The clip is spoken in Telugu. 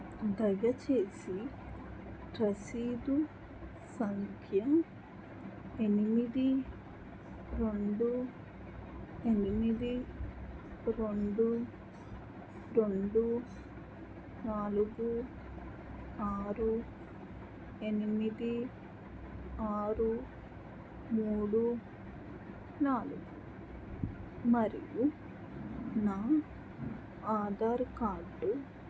దయచేసి రసీదు సంఖ్య ఎనిమిది రెండు ఎనిమిది రెండు రెండు నాలుగు ఆరు ఎనిమిది ఆరు మూడు నాలుగు మరియు నా ఆధార్ కార్డు